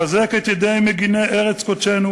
חזק את ידי מגִני ארץ קודשנו